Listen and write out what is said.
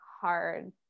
hard